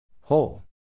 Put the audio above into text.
whole